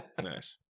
nice